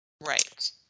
Right